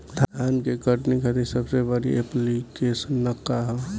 धान के कटनी खातिर सबसे बढ़िया ऐप्लिकेशनका ह?